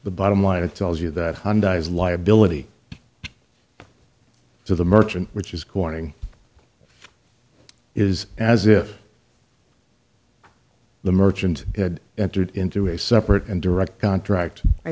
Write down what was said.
the bottom line it tells you that one dies liability to the merchant which is corning is as if the merchant had entered into a separate and direct contract